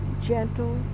gentle